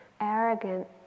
arrogant